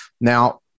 Now